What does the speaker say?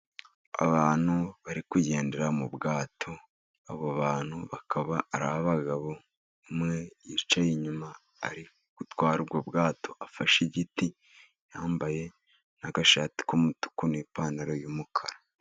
Abantu bari kugendera mu bwato. Abo bantu bakaba ari abagabo, umwe yicaye inyuma ari gutwara ubwo bwato afashe igiti, yambaye n'agashati k'umutuku, n'ipantaro y'umukara.